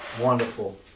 wonderful